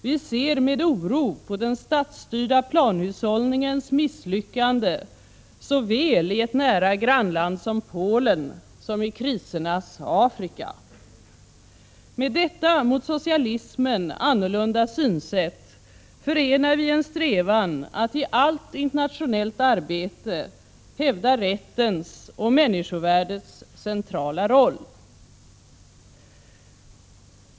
Vi ser med oro på den statsstyrda planhushållningens misslyckande såväl i ett nära grannland som Polen som i krisernas Afrika. Med detta mot socialismen annorlunda synsätt förenar vi en strävan att i allt internationellt arbete hävda rättens och människovärdets centrala roll.